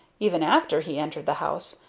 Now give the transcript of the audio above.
even after he entered the house,